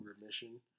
remission